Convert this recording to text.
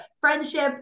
friendship